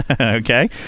okay